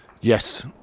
Yes